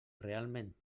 realment